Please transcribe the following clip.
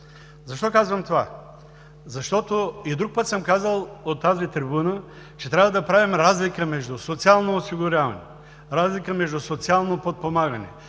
Защо казвам това? Защото и друг път съм казвал от тази трибуна, че трябва да правим разлика между социално осигуряване, разлика между социално подпомагане,